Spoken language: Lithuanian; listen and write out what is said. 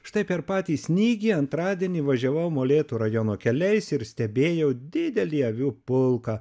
štai per patį snygį antradienį važiavau molėtų rajono keliais ir stebėjau didelį avių pulką